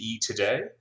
today